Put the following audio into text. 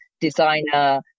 designer